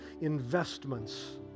investments